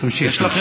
היא מפריעה לי.